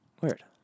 Weird